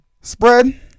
Spread